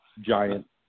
giant